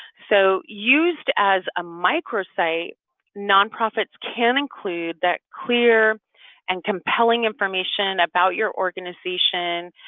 so used as a micro site nonprofits can include that clear and compelling information about your organization,